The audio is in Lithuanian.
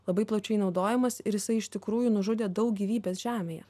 labai plačiai naudojamas ir jisai iš tikrųjų nužudė daug gyvybės žemėje